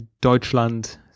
Deutschland